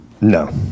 No